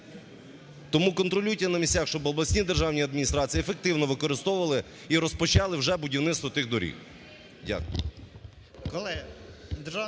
Тому контролюйте на місцях, щоб області державні адміністрації ефективно використовували і розпочали вже будівництво тих доріг. Дякую.